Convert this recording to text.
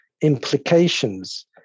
implications